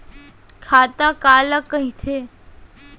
खाता काला कहिथे?